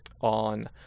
on